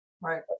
Right